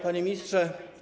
Panie Ministrze!